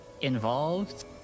involved